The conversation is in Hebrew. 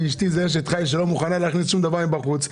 בזה שאשתי היא אשת חיל - שלא מוכנה להכניס אוכל מבחוץ,